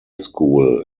school